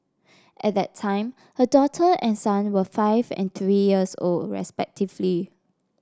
at that time her daughter and son were five and three years old respectively